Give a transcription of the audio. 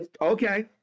Okay